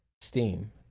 Steam